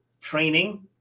training